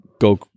go